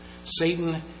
Satan